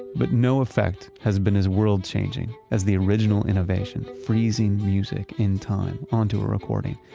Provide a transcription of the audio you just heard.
but no effect has been as world-changing as the original innovation freezing music in time onto a recording,